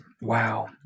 Wow